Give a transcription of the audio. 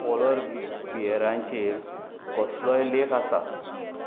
पॉलर बियरांचेर कसलोय लेख आसा